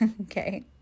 Okay